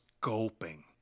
gulping